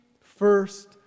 first